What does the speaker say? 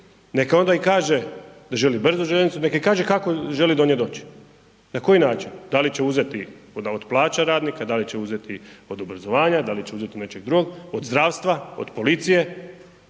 neka onda i kaže da želi brzu željeznicu, neka i kaže kako želi do nje doći. Na koji način? Da li će uzeti od plaća radnika, da li će uzeti od obrazovanja, da li će uzeti od nečeg drugog, od zdravstva, od policije